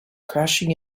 crashing